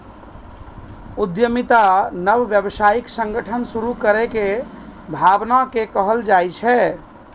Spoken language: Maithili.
उद्यमिता नव व्यावसायिक संगठन शुरू करै के भावना कें कहल जाइ छै